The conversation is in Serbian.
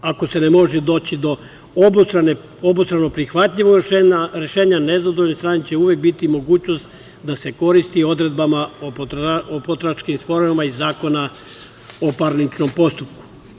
Ako se ne može doći do obostrano prihvatljivog rešenja, nezadovoljne strane će uvek biti u mogućnosti da se koriste odredbama o potrošačkim sporovima iz Zakona o parničnom postupku.